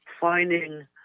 Finding